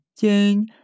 June